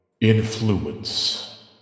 influence